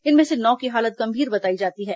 इनमें से नौ की हालत गंभीर बताई जाती है